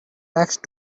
next